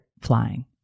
flying